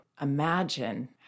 imagine